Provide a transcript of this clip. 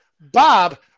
bob